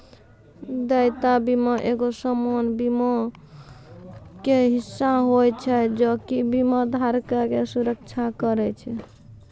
देयता बीमा एगो सामान्य बीमा के हिस्सा होय छै जे कि बीमा धारको के सुरक्षा करै छै